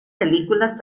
películas